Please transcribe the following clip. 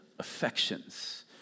Affections